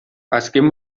azken